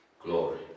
Glory